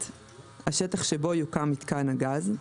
(1)השטח שבו יוקם מיתקן הגז,